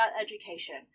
education